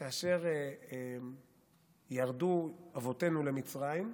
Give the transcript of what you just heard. כאשר ירדו אבותינו למצרים,